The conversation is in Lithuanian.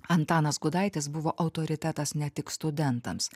antanas gudaitis buvo autoritetas ne tik studentams